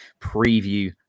Preview